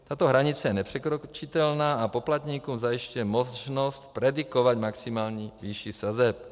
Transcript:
Tato hranice je nepřekročitelná a poplatníkům zajišťuje možnost predikovat maximální výši sazeb.